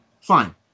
Fine